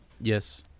Yes